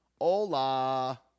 hola